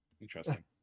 interesting